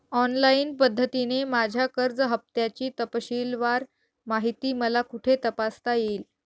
Online पद्धतीने माझ्या कर्ज हफ्त्याची तपशीलवार माहिती मला कुठे तपासता येईल?